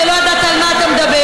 שלא יודעת על מה אתה מדבר,